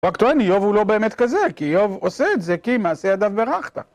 רק טוען, איוב הוא לא באמת כזה, כי איוב עושה את זה, כי מעשי ידיו ברכת.